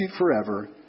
forever